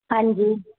ਹਾਂਜੀ